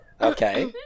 Okay